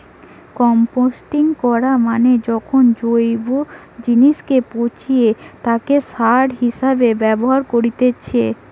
composting করা মানে যখন জৈব জিনিসকে পচিয়ে তাকে সার হিসেবে ব্যবহার করেতিছে